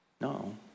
No